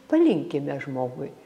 palinkime žmogui